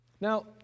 Now